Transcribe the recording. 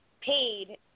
paid